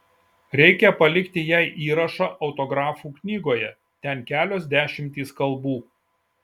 reikia palikti jai įrašą autografų knygoje ten kelios dešimtys kalbų